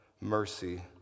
mercy